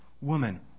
Woman